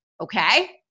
Okay